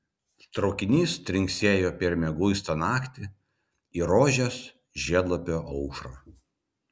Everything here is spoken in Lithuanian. traukinys trinksėjo per mieguistą naktį į rožės žiedlapio aušrą